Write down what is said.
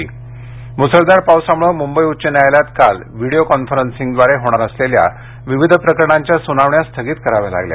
म्सळधार पावसामुळे मुंबई उच्च न्यायालयात काल व्हिडीओ कॉन्फरन्सिंगद्वारे होणार असलेल्या विविध प्रकरणांच्या सुनावण्या स्थगित कराव्या लागल्या